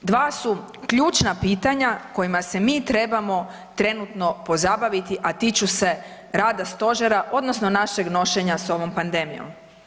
2 su ključna pitanja kojima se mi trebamo trenutno pozabaviti, a tiču se rada Stožera, odnosno našeg nošenja s ovom pandemijom.